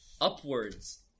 upwards